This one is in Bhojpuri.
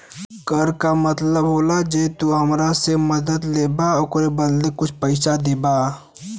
कर का मतलब होला जौन तू हमरा से मदद लेबा ओकरे बदले कुछ पइसा देबा